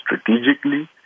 strategically